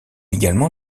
également